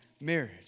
marriage